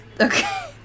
Okay